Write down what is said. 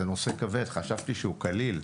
זה נושא כבד, חשבתי שהוא קליל.